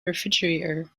refrigerator